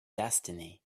destiny